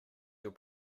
your